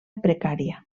precària